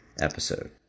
episode